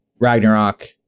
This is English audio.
Ragnarok